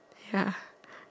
ya